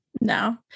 no